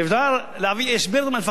אפשר להעביר את זה למשרד התיירות,